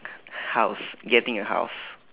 house getting a house